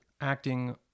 acting